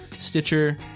stitcher